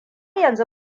yanzu